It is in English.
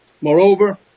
Moreover